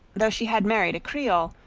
though she had married a creole,